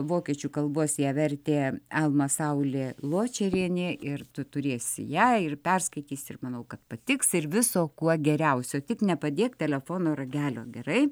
vokiečių kalbos ją vertė alma saulė ločerienė ir tu turėsi ją ir perskaitysi ir manau kad patiks ir viso kuo geriausio tik nepadėk telefono ragelio gerai